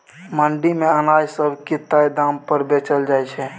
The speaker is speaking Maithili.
मंडी मे अनाज सब के तय दाम पर बेचल जाइ छै